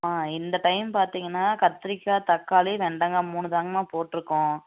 ஆ இந்த டைம் பார்த்தீங்கன்னா கத்திரிக்காய் தக்காளி வெண்டங்காய் மூணு தாங்கமா போட்டுருக்கோம்